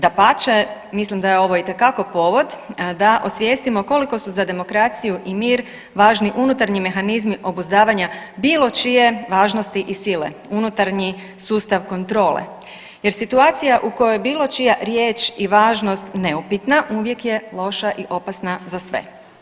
Dapače, mislim da je ovo itekako povod da osvijestimo koliko su za demokraciju i mir važni unutarnji mehanizmi obuzdavanja bilo čije važnosti i sile, unutarnji sustav kontrole jer situacija u kojoj bilo čija riječ i važnost neupitna uvijek je loša i opasna za sve.